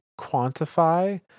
quantify